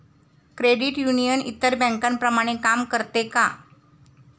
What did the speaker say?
Credit union इतर बँकांप्रमाणे काम करते का?